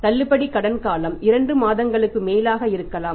தள்ளுபடி கடன் காலம் 2 மாதங்களுக்கும் மேலாக இருக்கலாம்